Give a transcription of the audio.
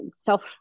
self